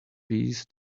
peace